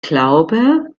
glaube